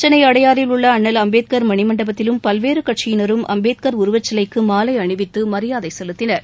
சென்னை அடையாறில் உள்ள அண்ணல் அம்பேதகர் மணிமண்டபத்திலும் பல்வேறு கட்சியினரும் அம்பேத்கர் உருவச்சிலைக்கு மாலை அணிவித்து மரியாதை செலுத்தினர்